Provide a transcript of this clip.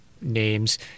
names